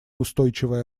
устойчивой